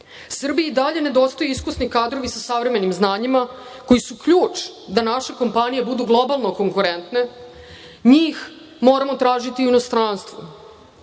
Nišu. Srbiji i dalje nedostaju iskusni kadrovi sa savremenim znanjima koji su ključ da naše kompanije budu globalno konkurentne. Mi ih moramo tražiti u inostranstvu,